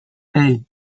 hey